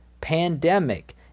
pandemic